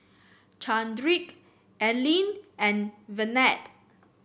Chadrick Elwyn and Ivette